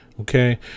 Okay